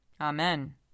Amen